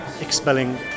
expelling